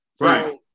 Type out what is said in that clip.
Right